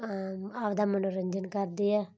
ਆਪਣਾ ਮਨੋਰੰਜਨ ਕਰਦੇ ਆ